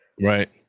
Right